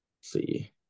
See